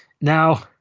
Now